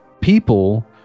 people